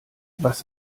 was